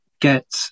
get